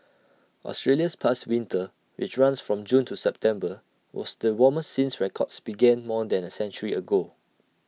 Australia's past winter which runs from June to September was the warmest since records began more than A century ago